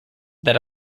that